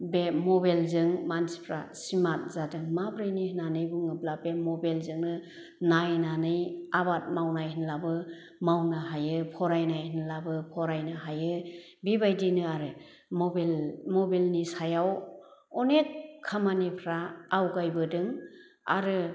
बे मबेलजों मानसिफ्रा स्मार्ट जादों माब्रैनि होन्नानै बुङोब्ला बे मबेलजोंनो नायनानै आबाद मावनाय होनलाबो मावनो हायो फरायनाय होनलाबो फरायनो हायो बेबायदिनो आरो मबेल मबेलनि सायाव अनेक खामानिफ्रा आवगायबोदों आरो